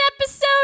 episode